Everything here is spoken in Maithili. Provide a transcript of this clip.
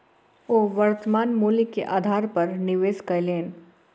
ओ वर्त्तमान मूल्य के आधार पर निवेश कयलैन